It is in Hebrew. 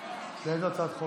לאיזו הצעת חוק?